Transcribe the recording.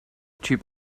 typ